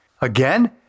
Again